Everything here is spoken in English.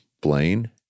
Blaine